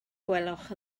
gwelwch